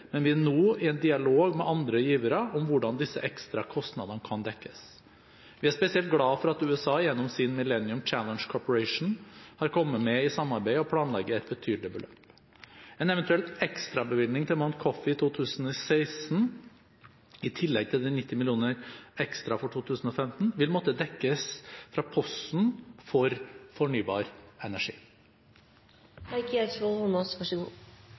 men vi er nå i dialog med andre givere om hvordan disse ekstra kostnadene kan dekkes. Vi er spesielt glad for at USA gjennom sin Millennium Challenge Corporation har kommet med i samarbeidet og planlegger et betydelig beløp. En eventuell ekstrabevilgning til Mount Coffee i 2016, i tillegg til de 90 mill. kr ekstra for 2015, vil måtte dekkes fra posten for fornybar